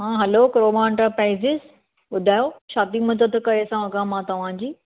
हा hello Croma enterprises ॿुधायो छा पई मदद करे सघां मां तव्हां जी